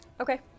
Okay